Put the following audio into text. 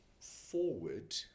forward